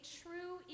true